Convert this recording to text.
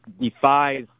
defies